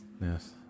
Yes